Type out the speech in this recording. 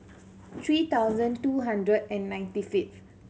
three thousand two hundred and ninety fifth